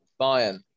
Bayern